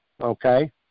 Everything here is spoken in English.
Okay